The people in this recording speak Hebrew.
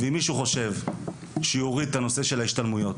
ואם מישהו חושב שהוא יוריד את הנושא של ההשתלמויות,